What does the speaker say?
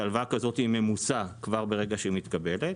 שהלוואה כזו ממוסה כבר ברגע שהיא מתקבלת,